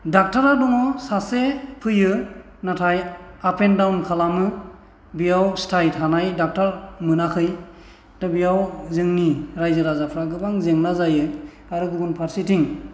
डक्ट'रा दङ सासे फैयो नाथाय आप एन्ड डाउन खालामो बेयाव स्थायि थानाय डक्ट'र मोनाखै दा बेयाव जोंनि रायजो राजाफोरा गोबां जेंना जायो आरो गुबुन फारसेथिं